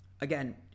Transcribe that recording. Again